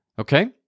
okay